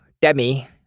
Demi